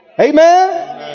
Amen